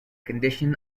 condition